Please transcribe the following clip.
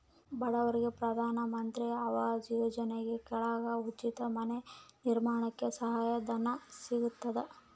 ಬಡವರಿಗೆ ಪ್ರಧಾನ ಮಂತ್ರಿ ಆವಾಸ್ ಯೋಜನೆ ಕೆಳಗ ಉಚಿತ ಮನೆ ನಿರ್ಮಾಣಕ್ಕೆ ಸಹಾಯ ಧನ ಸಿಗತದ